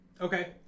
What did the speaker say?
okay